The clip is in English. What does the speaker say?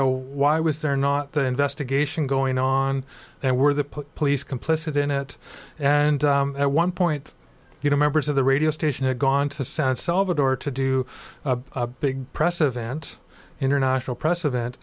know why was there not the investigation going on and were the police complicit in it and at one point you know members of the radio station had gone to sound salvador to do a big press event international press event